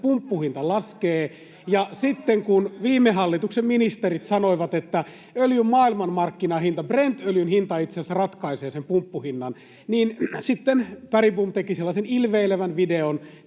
että pumppuhinta laskee, ja sitten kun viime hallituksen ministerit sanoivat, että öljyn maailmanmarkkinahinta, Brent-öljyn hinta, itse asiassa ratkaisee sen pumppuhinnan, niin sitten Bergbom teki sellaisen ilveilevän videon